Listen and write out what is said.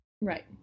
Right